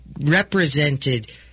represented